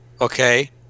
okay